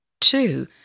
Two